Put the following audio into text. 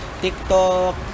TikTok